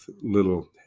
little